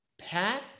Pat